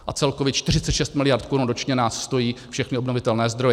A celkově 46 miliard korun ročně nás stojí všechny obnovitelné zdroje.